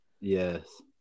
Yes